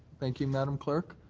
thank you, madam clerk.